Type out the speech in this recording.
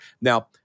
Now